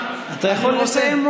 אתם כולכם פשרה אחת גדולה.